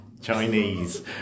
Chinese